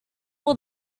all